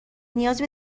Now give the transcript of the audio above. نیازی